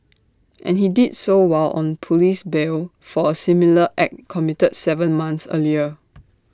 and he did so while on Police bail for A similar act committed Seven months earlier